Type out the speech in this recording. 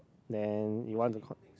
then you want to con~